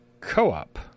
co-op